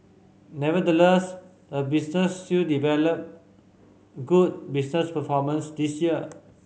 nevertheless the business still delivered good business performance this year